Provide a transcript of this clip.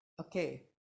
Okay